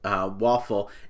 waffle